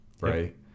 Right